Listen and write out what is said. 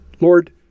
Lord